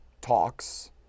talks